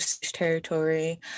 territory